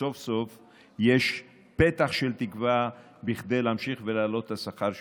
וסוף-סוף יש פתח של תקווה בכדי להמשיך ולהעלות את השכר שלהם.